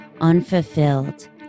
unfulfilled